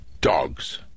dogs